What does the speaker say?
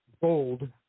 bold